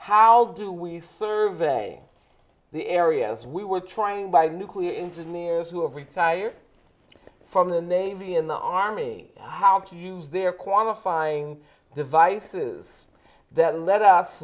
how do we use survey the areas we were trying by nuclear engineers who have retired from the navy in the army how to use their qualifying devices that let us